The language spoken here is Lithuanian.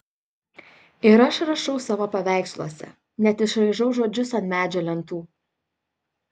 ir aš rašau savo paveiksluose net išraižau žodžius ant medžio lentų